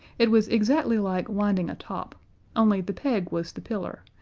it was exactly like winding a top only the peg was the pillar,